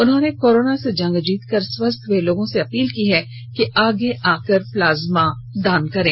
उन्होंने कोरोना से जंग जीतकर स्वस्थ हुए लोगों से अपील की है कि आगे आकर प्लाज्मा दान करें